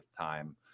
time